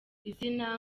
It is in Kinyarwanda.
izina